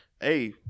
hey